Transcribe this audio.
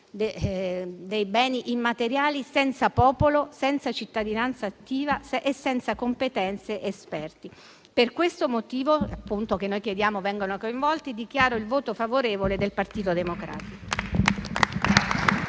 dei beni immateriali senza popolo, senza cittadinanza attiva, senza competenze ed esperti, che per questo motivo noi chiediamo vengano coinvolti. Dichiaro il voto favorevole del Partito Democratico.